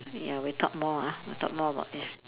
ya we talk more ah we talk more about this